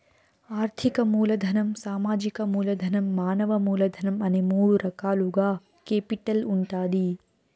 ఆర్థిక మూలధనం, సామాజిక మూలధనం, మానవ మూలధనం అనే మూడు రకాలుగా కేపిటల్ ఉంటాది